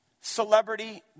celebrity